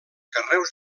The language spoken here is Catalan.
carreus